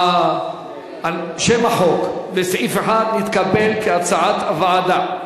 שם החוק וסעיף 1 נתקבלו, כהצעת הוועדה.